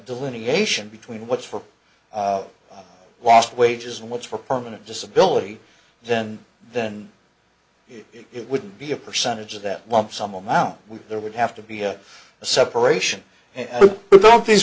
delineation between what's for wast wages and what's for permanent disability then then it would be a percentage of that lump sum amount there would have to be a separation don't these